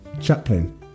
Chaplin